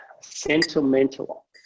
sentimental